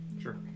Sure